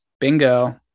Bingo